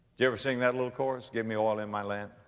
you ever sing that little chorus, give me oil in my lamp,